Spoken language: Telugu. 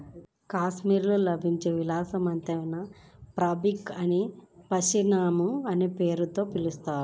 కాశ్మీర్లో లభించే విలాసవంతమైన ఫాబ్రిక్ ని పష్మినా అనే పేరుతో పిలుస్తారు